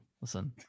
listen